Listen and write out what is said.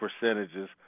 percentages